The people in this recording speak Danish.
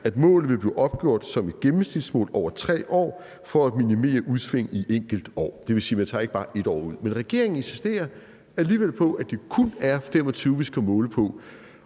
»Målet vil blive opgjort som et gennemsnitsmål over 3 år for at minimere udsving i et enkelt år.« Det vil sige, at man ikke bare tager 1 år ud. Men regeringen insisterer alligevel på, at det kun er 2025, vi skal måle på,